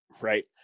Right